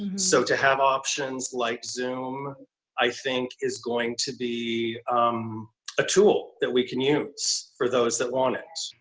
so to have options like zoom i think is going to be a tool that we can use for those that want it.